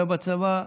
היה בצבא,